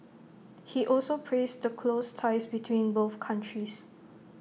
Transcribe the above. he also praised the close ties between both countries